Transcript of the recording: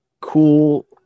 cool